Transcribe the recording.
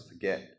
forget